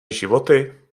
životy